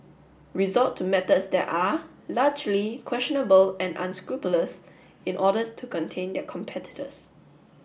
resort to methods that are largely questionable and unscrupulous in order to contain their competitors